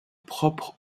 propre